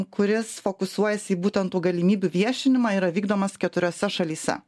kuris fokusuojasi į būtent tų galimybių viešinimą yra vykdomas keturiose šalyse